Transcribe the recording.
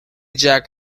jack